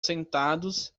sentados